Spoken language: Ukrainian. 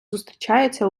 зустрічаються